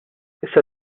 issa